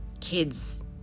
kids